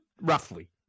Roughly